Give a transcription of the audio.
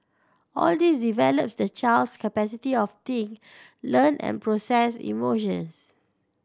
all this develop the child's capacity of think learn and process emotions